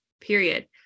period